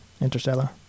Interstellar